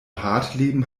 hartleben